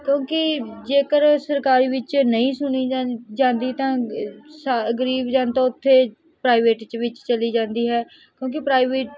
ਕਿਉਂਕਿ ਜੇਕਰ ਸਰਕਾਰੀ ਵਿੱਚ ਨਹੀਂ ਸੁਣੀ ਜਾ ਜਾਂਦੀ ਤਾਂ ਗ ਸ ਗਰੀਬ ਜਨਤਾ ਉੱਥੇ ਪ੍ਰਾਈਵੇਟ 'ਚ ਵਿੱਚ ਚਲੀ ਜਾਂਦੀ ਹੈ ਕਿਉਂਕਿ ਪ੍ਰਾਈਵੇਟ